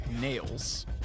nails